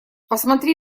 посмотри